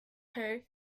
her